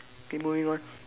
okay moving on